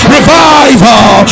Revival